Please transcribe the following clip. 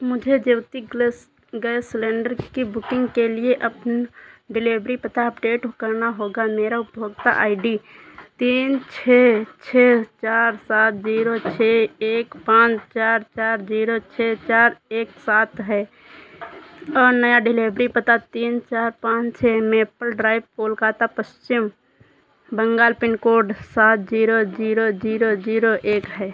मुझे ज्योति ग्लस gas cylinder की बुकिंग के लिए अपने डिलेवरी पता अपडेट करना होगा मेरा उपभोक्ता आई डी तीन छः छः चार सात जीरो छः एक पाँच चार चार जीरो छः चार एक सात है और नया डिलेवरी पता तीन चार पाँच छः maple drive Kolkata Paschim Bengal pin code सात जीरो जीरो जीरो जीरो एक है